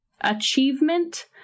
achievement